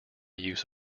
use